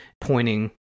pointing